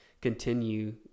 continue